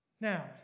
Now